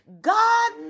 God